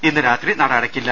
ഇന്നു രാത്രി നട അടയ്ക്കില്ല